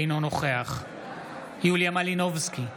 אינו נוכח יוליה מלינובסקי,